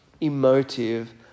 emotive